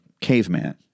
Caveman